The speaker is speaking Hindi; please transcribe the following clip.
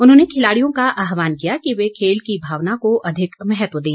उन्होंने खिलाड़ियों का आह्वान किया कि वे खेल की भावना को अधिक महत्व दें